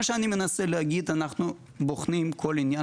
מה שאני מנסה להגיד זה שאנחנו בוחנים כול עניין